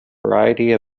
variety